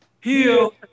heal